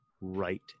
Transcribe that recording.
right